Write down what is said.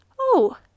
Oh